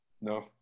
No